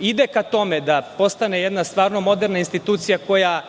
ide ka tome da postane jedna stvarno moderna institucija, koja